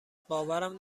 باورم